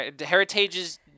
Heritage's